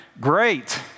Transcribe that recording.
Great